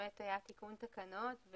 נותן השירות הוא הממונה על חדלות פירעון